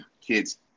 kids